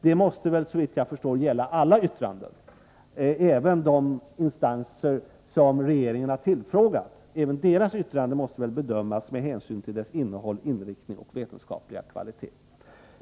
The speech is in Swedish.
Det måste, såvitt jag förstår, gälla alla yttranden. Även yttrandena från de instanser som regeringen har tillfrågat måste väl bedömas med hänsyn till sitt innehåll, sin inriktning och sin vetenskapliga kvalitet.